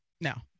no